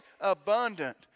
Abundant